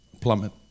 plummet